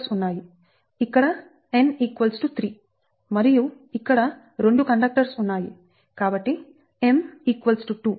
ఇక్కడ n 3 మరియు ఇక్కడ 2 కండక్టర్స్ ఉన్నాయి కాబట్టి m 2